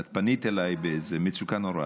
את פנית אליי באיזה מצוקה נוראה.